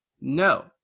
no